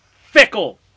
Fickle